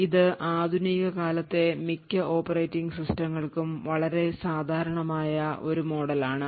ഇത് ആധുനിക കാലത്തെ മിക്ക ഓപ്പറേറ്റിംഗ് സിസ്റ്റങ്ങൾക്കും വളരെ സാധാരണമായ ഒരു model ആണ്